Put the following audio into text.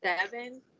Seven